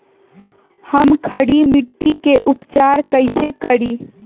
हम खड़ी मिट्टी के उपचार कईसे करी?